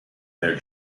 their